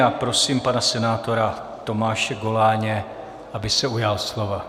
A prosím pana senátora Tomáše Goláně, aby se ujal slova.